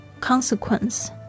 Consequence